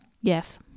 Yes